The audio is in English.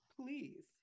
please